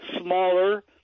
smaller